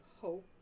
hope